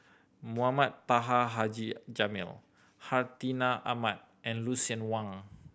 Mohamed Taha Haji Jamil Hartinah Ahmad and Lucien Wang